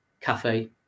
cafe